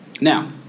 Now